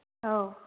औ